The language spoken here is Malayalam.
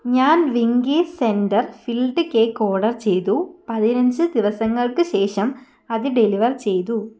ഞാൻ Winkies centre filled cake order ചെയ്തു പതിനഞ്ചു ദിവസങ്ങൾക്ക് ശേഷം അത് ഡെലിവർ ചെയ്തു